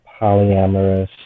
polyamorous